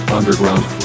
Underground